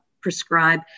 prescribe